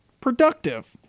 productive